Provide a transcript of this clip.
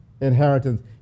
inheritance